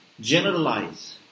generalize